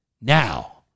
Now